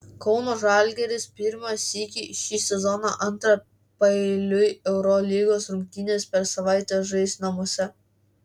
kauno žalgiris pirmą sykį šį sezoną antras paeiliui eurolygos rungtynes per savaitę žais namuose